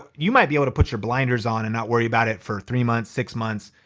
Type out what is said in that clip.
you might be able to put your blinders on and not worry about it for three months, six months,